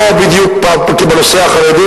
לא בדיוק בנושא החרדי,